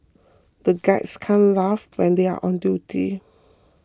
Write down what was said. the guards can't laugh when they are on duty